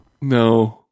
No